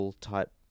type